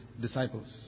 disciples